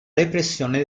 repressione